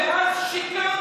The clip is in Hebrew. ואז שיקרתם.